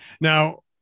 Now